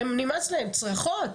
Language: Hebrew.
כי הם נמאס להם, צרחות,